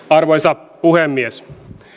arvoisa puhemies